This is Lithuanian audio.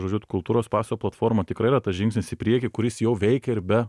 žodžiu kultūros paso platforma tikrai yra tas žingsnis į priekį kuris jau veikia ir be